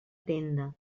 tenda